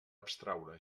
abstraure